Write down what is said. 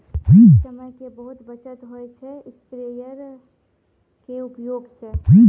समय के बहुत बचत होय छै स्प्रेयर के उपयोग स